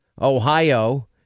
Ohio